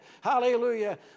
Hallelujah